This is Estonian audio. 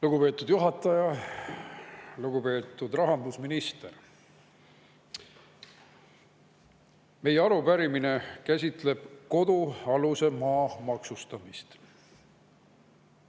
Lugupeetud juhataja! Lugupeetud rahandusminister! Meie arupärimine käsitleb kodualuse maa maksustamist.